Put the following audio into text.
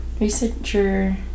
researcher